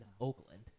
Oakland